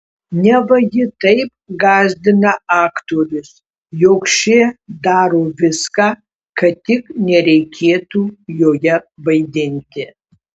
neva ji taip gąsdina aktorius jog šie daro viską kad tik nereikėtų joje vaidinti